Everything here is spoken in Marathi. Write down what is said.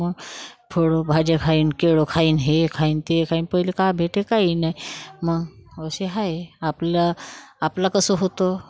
मग फळं भाज्या खाईन केळं खाईन हे खाईन ते खाईन पहिले का भेटे काही नाही मग असे आहे आपलं आपलं कसं होतं